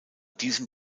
diesem